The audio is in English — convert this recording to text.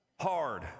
Hard